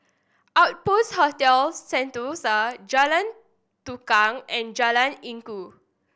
Outpost Hotel Sentosa Jalan Tukang and Jalan Inggu